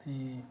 ਅਤੇ